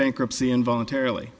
bankruptcy in voluntarily